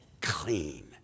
clean